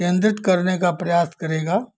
केन्द्रित करने का प्रयास करेगा